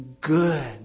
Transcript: good